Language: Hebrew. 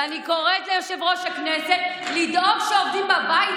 ואני קוראת ליושב-ראש הכנסת לדאוג שהעובדים בבית